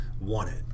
wanted